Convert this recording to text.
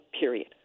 period